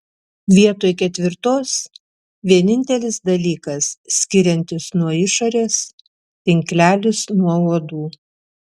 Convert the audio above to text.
vietoj ketvirtos vienintelis dalykas skiriantis nuo išorės tinklelis nuo uodų